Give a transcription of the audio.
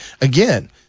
Again